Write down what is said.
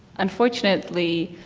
unfortunately,